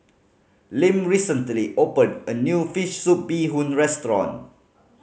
Lim recently opened a new fish soup bee hoon restaurant